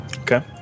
Okay